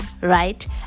Right